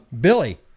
Billy